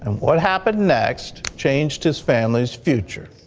what happened next changed his family's future.